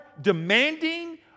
demanding